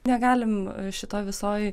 negalim šitoj visoj